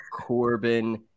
Corbin